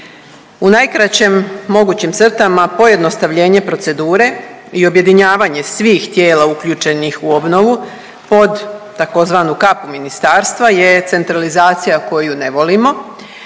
U najkraćim mogućim crtama pojednostavljenje procedure i objedinjavanje svih tijela uključenih u obnovu pod tzv. kapu ministarstva je centralizacija koju ne volimo,